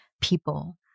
people